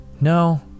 no